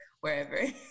wherever